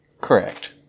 Correct